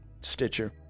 Stitcher